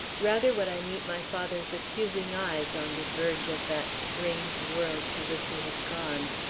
rather would i meet my father's accusing eyes on the verge of that strange world to which he has gone,